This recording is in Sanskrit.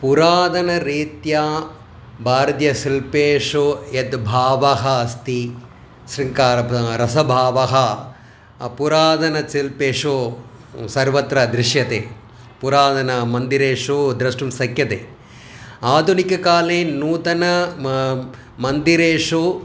पुरातनरीत्या भारतीयशिल्पेषु यद् भावः अस्ति शृङ्गारः प्र रसभावः पुरातनशिल्पेषु सर्वत्र दृश्यते पुरातनमन्दिरेषु द्रष्टुं शक्यते आधुनिककाले नूतनमन्दिरेषु म